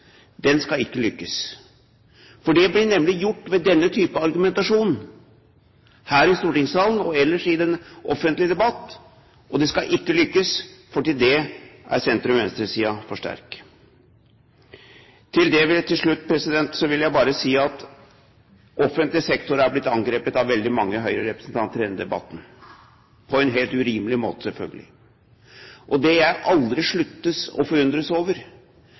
den sosialdemokratiske modellen, skal ikke lykkes, for det blir nemlig gjort ved denne typen argumentasjon her i stortingssalen og ellers i den offentlige debatt, og det skal ikke lykkes. Til det er sentrum–venstre-siden for sterk. Til slutt vil jeg bare si at offentlig sektor er blitt angrepet av veldig mange Høyre-representanter i denne debatten på en helt urimelig måte, selvfølgelig. Det jeg aldri slutter å forundres over,